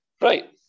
Right